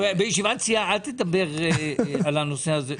בישיבת סיעה אל תדבר על הנושא הזה.